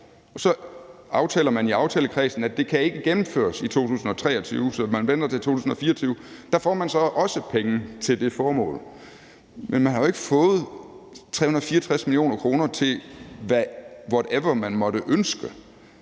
så finder man i aftalekredsen ud af, at det ikke kan gennemføres i 2023, så man venter til 2024. Der får man så også penge til det formål. Men man har ikke fået 364 mio. kr. til, whatever man måtte ønske